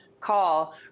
call